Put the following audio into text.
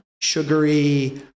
sugary